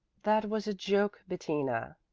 that was a joke, bettina,